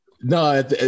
No